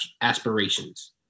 aspirations